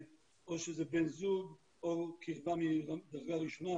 או שזה בן זוג או קרבה מדרגה ראשונה,